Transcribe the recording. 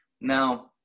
Now